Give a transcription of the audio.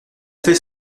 fait